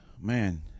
Man